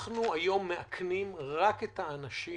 שהיום אנחנו מאכנים רק את האנשים